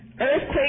earthquake